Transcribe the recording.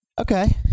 okay